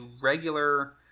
regular